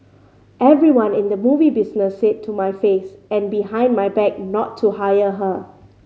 everyone in the movie business said to my face and behind my back not to hire her